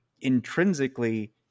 intrinsically